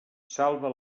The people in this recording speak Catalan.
salva